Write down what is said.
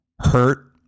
hurt